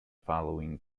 following